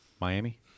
Miami